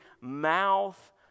mouth